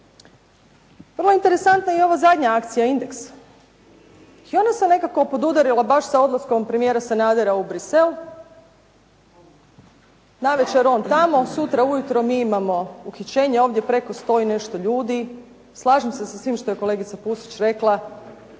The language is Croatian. je interesantna i ova zadnja akcija "Indeks". I ona se nekako podudarila baš sa odlaskom premijera Sanadera u Bruxelles. Navečer on tamo, sutra ujutro mi imamo uhićenje ovdje preko 100 i nešto ljudi. Slažem se svim što je kolegica Pusić rekla.